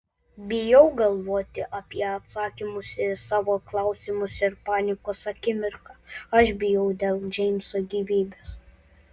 bijau galvoti apie atsakymus į savo klausimus ir panikos akimirką aš bijau dėl džeimso gyvybės